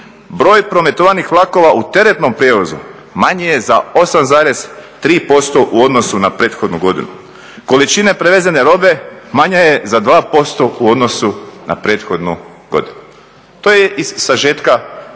broj prometovanih vlakova u teretnom prijevozu manji je za 8,3% u odnosu na prethodnu godinu, količine prevezene robe manje je za 2% u odnosu na prethodnu godinu", to je iz sažetka ovog